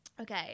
Okay